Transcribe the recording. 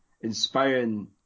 inspiring